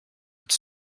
its